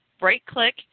Right-click